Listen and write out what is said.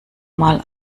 mal